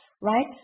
right